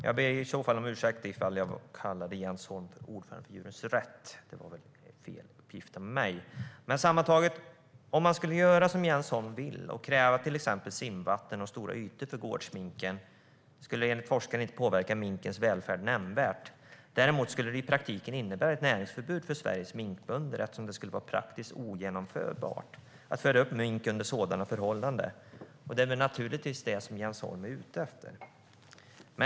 Fru talman! Jag ber om ursäkt för att jag felaktigt kallade Jens Holm ordförande för Djurens rätt. Om vi skulle göra som Jens Holm vill och kräva till exempel simvatten och stora ytor för gårdsminken skulle det enligt forskare inte påverka minkens välfärd nämnvärt. Däremot skulle det i praktiken innebära ett näringsförbud för Sveriges minkbönder eftersom det skulle vara praktiskt ogenomförbart att föda upp mink under sådana förhållanden. Men det är givetvis det som Jens Holm är ute efter.